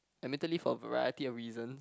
admittedly for a variety of reasons